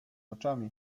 oczami